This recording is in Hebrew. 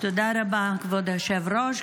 תודה רבה, כבוד היושב-ראש.